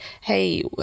Hey